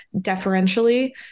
deferentially